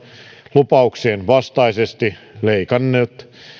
lupauksien vastaisesti leikannut